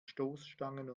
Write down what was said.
stoßstangen